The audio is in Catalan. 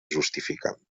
justificant